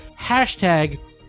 hashtag